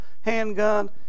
handgun